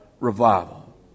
Revival